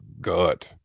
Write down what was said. good